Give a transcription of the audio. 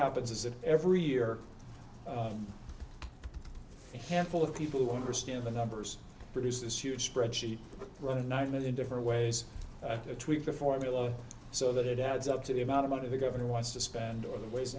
happens is that every year handful of people who understand the numbers produce this huge spreadsheet run of nine million different ways to tweak the formula so that it adds up to the amount of money the governor wants to spend on the ways